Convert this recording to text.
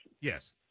Yes